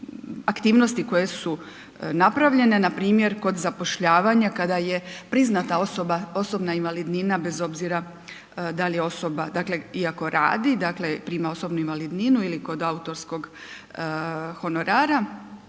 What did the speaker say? aktivnosti koje su napravljene, npr. kod zapošljavanja kada je priznata osobna invalidnina bez obzora da li je osoba dakle iako radi, dakle prima osobnu invalidninu ili kod autorskog honorara,